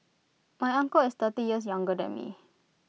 my uncle is thirty years younger than me